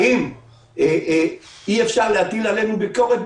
האם אי אפשר להציג כלפינו ביקורת?